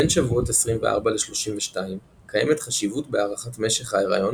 בין השבועות 24 ל-32 - קיימת חשיבות בהארכת משך ההריון